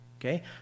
okay